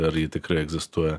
ar ji tikrai egzistuoja